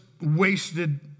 wasted